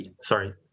Sorry